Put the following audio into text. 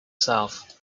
south